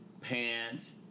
pants